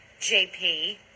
JP